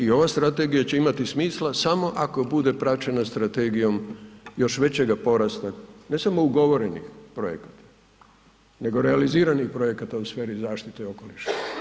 I ova strategija će imati smisla samo ako bude praćena strategijom još većega porasta, ne samo ugovorenih projekata, nego realiziranih projekata u sferi zaštite okoliša.